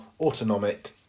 autonomic